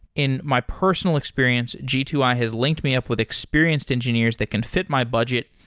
in my personal experience, g two i has linked me up with experienced engineers that can fit my budget,